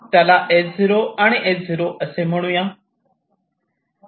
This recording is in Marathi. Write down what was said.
त्याला S0 आणि S0 असे म्हणू या